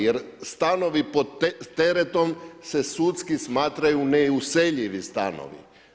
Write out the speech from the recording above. Jer stanovi pod teretom se sudski smatraju neuseljivi stanovi.